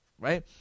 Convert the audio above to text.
right